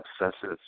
obsessive